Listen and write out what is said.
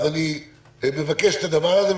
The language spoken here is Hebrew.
אני מבקש את הדבר הזה.